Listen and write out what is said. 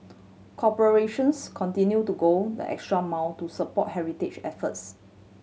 corporations continued to go the extra mile to support heritage efforts